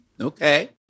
Okay